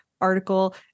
article